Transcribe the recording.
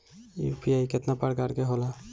UPI केतना प्रकार के होला?